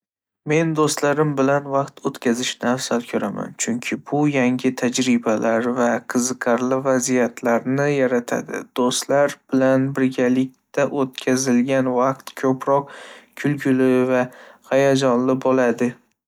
Men do'stlarim bilan vaqt o'tkazishni afzal ko'raman, chunki bu yangi tajribalar va qiziqarli vaziyatlarni yaratadi. Do'stlar bilan birgalikda o'tkazilgan vaqt ko'proq kulgili va hayajonli bo'ladi.